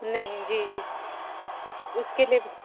नहीं जी जी उसके